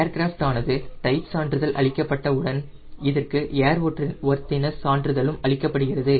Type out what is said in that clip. aircraft ஆனது type சான்றிதழ் அளிக்கப்பட்ட உடன் இதற்கு ஏர்வொர்த்தினஸ் சான்றிதழும் அளிக்கப்படுகிறது